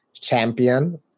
champion